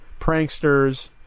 pranksters